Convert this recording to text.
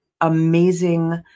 amazing